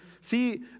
see